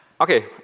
Okay